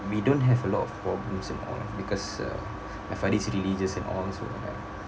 we don't have a lot of problems and all because uh my father is really just an honest man